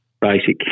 Basic